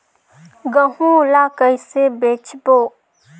गहूं ला कइसे बेचबो?